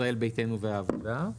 ישראל ביתנו והעבודה.